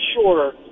sure